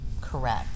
correct